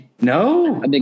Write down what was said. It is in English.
No